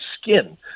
skin